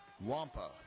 Wampa